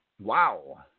Wow